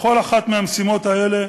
בכל אחת מהמשימות האלה